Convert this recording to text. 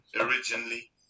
originally